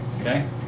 okay